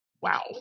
wow